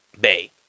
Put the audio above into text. Bay